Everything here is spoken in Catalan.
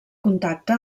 contacte